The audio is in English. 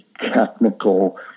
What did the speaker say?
technical